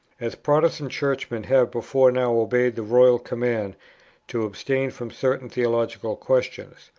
as protestant churchmen have before now obeyed the royal command to abstain from certain theological questions.